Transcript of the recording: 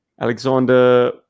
alexander